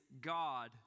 God